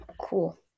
cool